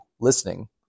listening